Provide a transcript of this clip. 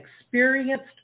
experienced